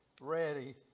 ready